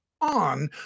on